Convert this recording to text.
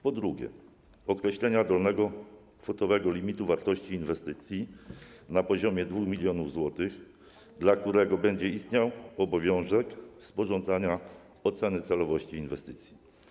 Po drugie, zmiany dotyczą określenia dolnego kwotowego limitu wartości inwestycji - na poziomie 2 mln zł - dla którego będzie istniał obowiązek sporządzania oceny celowości inwestycji.